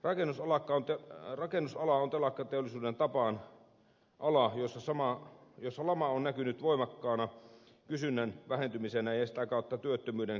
rakennusala on telakkateollisuuden tapaan ala jolla lama on näkynyt voimakkaana kysynnän vähentymisenä ja sitä kautta työttömyyden kasvuna